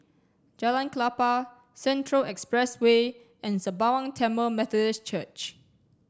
Jalan Klapa Central Expressway and Sembawang Tamil Methodist Church